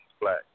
black